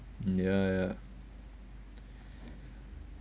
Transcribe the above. ya